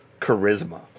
charisma